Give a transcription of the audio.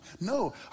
no